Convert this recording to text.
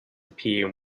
appear